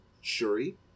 Shuri